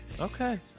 Okay